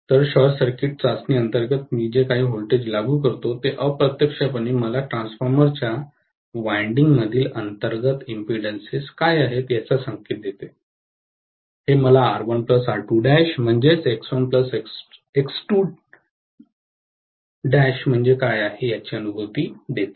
तर short circuit चाचणी अंतर्गत मी जे काही व्होल्टेज लागू करतो ते अप्रत्यक्षपणे मला ट्रान्सफॉर्मरच्या वायंडिंग मधील अंतर्गत इम्पीडंसेस काय आहेत याचा संकेत देते हे मला R1 R2 म्हणजे X1 X2 म्हणजे काय आहे याची अनुभूती देते